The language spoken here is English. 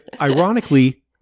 Ironically